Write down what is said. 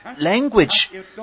language